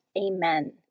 Amen